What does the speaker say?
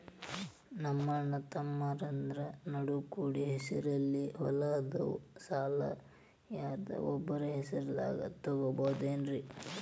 ನಮ್ಮಅಣ್ಣತಮ್ಮಂದ್ರ ನಡು ಕೂಡಿ ಹೆಸರಲೆ ಹೊಲಾ ಅದಾವು, ಸಾಲ ಯಾರ್ದರ ಒಬ್ಬರ ಹೆಸರದಾಗ ತಗೋಬೋದೇನ್ರಿ?